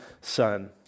Son